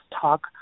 talk